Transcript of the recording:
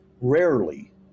rarely